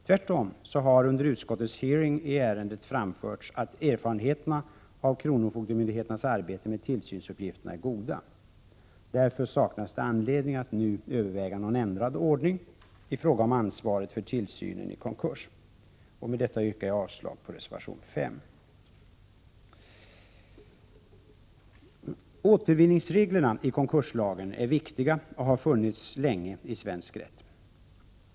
Tvärtom har det under utskottets hearing i ärendet framförts att erfarenheterna av kronofogdemyndigheternas arbete med tillsynsuppgifterna är goda. Därför saknas det anledning att nu överväga en ändrad ordning i fråga om ansvaret för tillsyn i konkurs. Med detta yrkar jag avslag på reservation 5. Återvinningsreglerna i konkurslagen är viktiga och har funnits länge i svensk rätt.